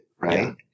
right